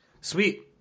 sweet